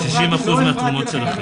60% מהתרומות שלכם.